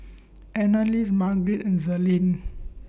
Annalise Marget and